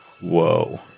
whoa